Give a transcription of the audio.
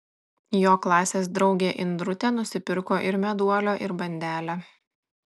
jo klasės draugė indrutė nusipirko ir meduolio ir bandelę